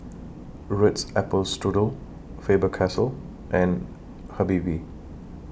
Ritz Apple Strudel Faber Castell and Habibie